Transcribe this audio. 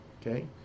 okay